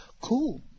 cool